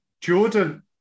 Jordan